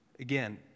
Again